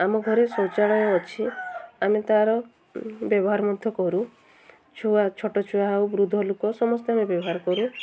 ଆମ ଘରେ ଶୌଚାଳୟ ଅଛି ଆମେ ତା'ର ବ୍ୟବହାର ମଧ୍ୟ କରୁ ଛୁଆ ଛୋଟ ଛୁଆ ହେଉ ବୃଦ୍ଧ ଲୋକ ସମସ୍ତେ ଆମେ ବ୍ୟବହାର କରୁ